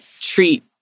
treat